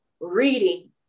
reading